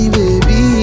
baby